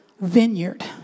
vineyard